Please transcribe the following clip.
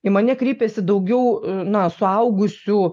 į mane kreipiasi daugiau na suaugusių